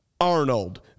Arnold